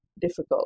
difficult